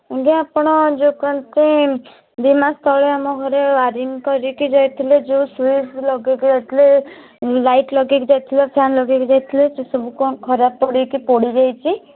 ଆଜ୍ଞା ଆପଣ ଯେ କ'ଣ ତି ଦୁଇ ମାସ ତଳେ ଆମ ଘରେ ୱାରିଂ କରିକି ଯାଇଥିଲେ ଯେଉଁ ସୁଇଚ୍ ଲଗାଇକି ଯାଇଥିଲେ ଲାଇଟ୍ ଲଗାଇକି ଯାଇଥିଲେ ଫ୍ୟାନ୍ ଲଗାଇକି ଯାଇଥିଲେ ସେସବୁ କ'ଣ ଖରାପ ପଡ଼ିକି ପୋଡ଼ି ଯାଇଛି